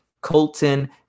Colton